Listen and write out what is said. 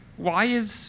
why is